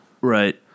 Right